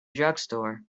drugstore